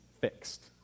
fixed